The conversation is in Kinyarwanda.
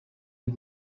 y’u